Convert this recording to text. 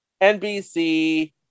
NBC